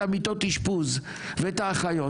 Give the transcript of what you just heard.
את מיטות האשפוז ואת האחיות.